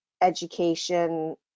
education